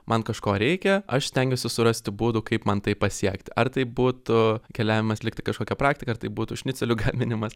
man kažko reikia aš stengiuosi surasti būdų kaip man tai pasiekti ar tai būtų keliavimas likti kažkokią praktiką ar tai būtų šnicelių gaminimas